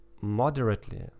moderately